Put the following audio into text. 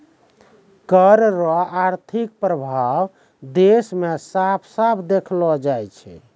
कर रो आर्थिक प्रभाब देस मे साफ साफ देखलो जाय छै